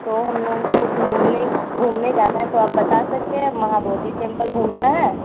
تو ہم لوگوں کو گھومنے گھومنے جانا ہے تو آپ بتا سکتے ہیں مہا بودی ٹیمپل گھومنا ہے